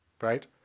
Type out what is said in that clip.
right